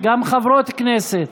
גם חברות כנסת.